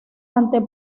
ante